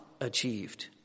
achieved